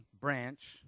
branch